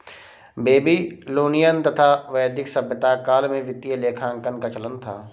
Babylonian तथा वैदिक सभ्यता काल में वित्तीय लेखांकन का चलन था